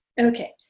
Okay